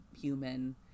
human